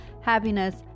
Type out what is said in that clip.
happiness